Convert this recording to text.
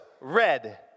red